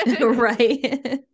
right